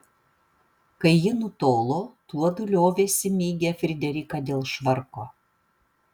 kai ji nutolo tuodu liovėsi mygę frideriką dėl švarko